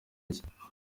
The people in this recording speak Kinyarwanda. ajye